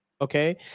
Okay